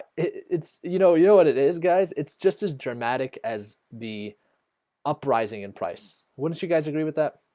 it's you know you know what it is guys it's just as dramatic as the uprising in price wouldn't you guys agree with that